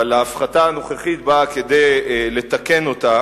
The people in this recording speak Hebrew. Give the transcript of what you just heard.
אבל ההפחתה הנוכחית באה כדי לתקן אותה,